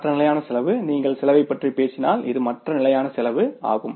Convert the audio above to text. மற்ற நிலையான செலவு நீங்கள் செலவைப் பற்றி பேசினால் இது மற்ற நிலையான செலவு OFC ஆகும்